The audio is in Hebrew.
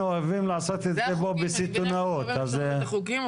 הם עובדים הרבה מאוד זמן כדי שההקלות האלו יהיו.